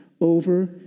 over